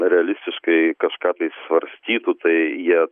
realistiškai kažką tai svarstytų tai jie